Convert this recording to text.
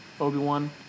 Obi-Wan